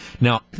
Now